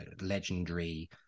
legendary